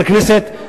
על הכנסת,